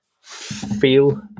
feel